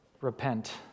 Repent